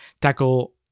tackle